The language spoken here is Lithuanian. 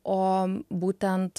o būtent